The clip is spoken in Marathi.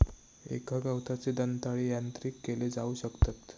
एका गवताचे दंताळे यांत्रिक केले जाऊ शकतत